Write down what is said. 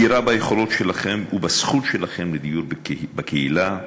מכירה ביכולות שלכם ובזכות שלכם לדיור בקהילה,